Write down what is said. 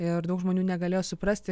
ir daug žmonių negalėjo suprasti